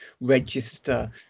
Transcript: register